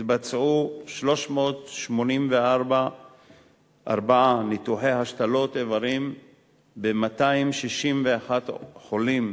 התבצעו 384 ניתוחי השתלות איברים ב-261 חולים,